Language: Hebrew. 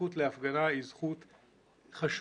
הזכות להפגנה היא זכות חשובה,